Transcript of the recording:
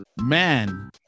man